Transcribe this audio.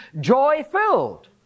joy-filled